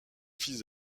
fils